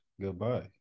Goodbye